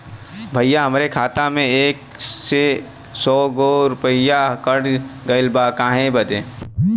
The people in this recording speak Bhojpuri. भईया हमरे खाता में से सौ गो रूपया कट गईल बा काहे बदे?